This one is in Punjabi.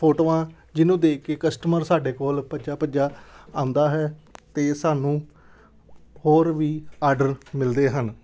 ਫੋਟੋਆਂ ਜਿਹਨੂੰ ਦੇਖ ਕੇ ਕਸਟਮਰ ਸਾਡੇ ਕੋਲ ਭੱਜਿਆ ਭੱਜਿਆ ਆਉਂਦਾ ਹੈ ਅਤੇ ਸਾਨੂੰ ਹੋਰ ਵੀ ਆਡਰ ਮਿਲਦੇ ਹਨ